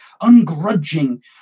ungrudging